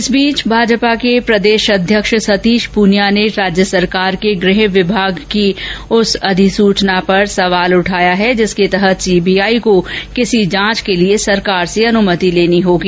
इस बीच भाजपा के प्रदेश अध्यक्ष सतीश पूनिया ने राज्य सरकार के गृह विभाग की उस अधिसूचना पर सवाल उठाये जिसके तहत सीबीआई को किसी जांच के लिए सरकार से अनुमति लेनी होगी